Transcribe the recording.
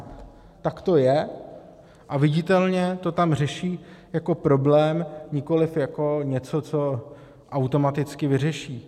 Tak to je a viditelně to tam řeší jako problém, nikoli jako něco, co automaticky vyřeší.